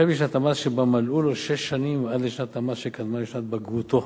החל בשנת המס שבה מלאו לו שש שנים ועד לשנת המס שקדמה לשנת בגרותו,